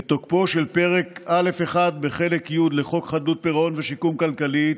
את תוקפו של פרק א'1 בחלק י' לחוק חדלות פירעון ושיקום כלכלי,